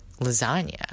lasagna